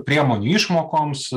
priemonių išmokoms